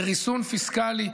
בריסון פיסקלי.